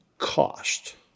cost